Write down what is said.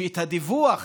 את הדיווח